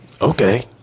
Okay